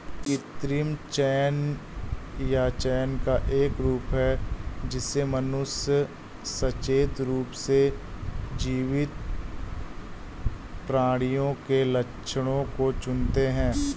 कृत्रिम चयन यह चयन का एक रूप है जिससे मनुष्य सचेत रूप से जीवित प्राणियों के लक्षणों को चुनते है